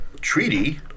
Treaty